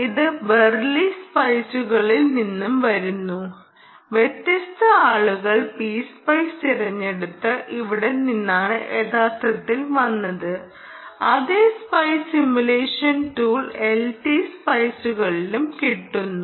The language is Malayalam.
ഇത് ബെർക്ക്ലി സ്പൈസുകളിൽ നിന്നും വരുന്നു വ്യത്യസ്ത ആളുകൾ P സ്പൈസ് തിരഞ്ഞെടുത്തത് ഇവിടെ നിന്നാണ് യഥാർത്ഥത്തിൽ വന്നത് അതേ സ്പൈസ് സിമുലേഷൻ ടൂൾ എൽടി സ്പൈസുകളിലും കിട്ടുന്നു